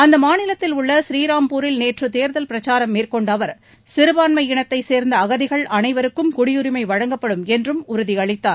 அம்மாநிலத்தில் உள்ள ஸ்ரீராம்பூரில் நேற்று தேர்தல் பிரச்சாரம் மேற்கொண்ட அவர் சிறுபான்மையினத்தை சேர்ந்த அகதிகள் அனைவருக்கும் குடியுரிமை வழங்கப்படும் என்றம் உறுதியளித்தார்